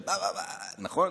נכון?